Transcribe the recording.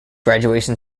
graduation